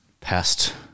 past